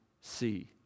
see